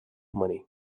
money